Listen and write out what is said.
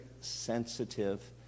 sensitive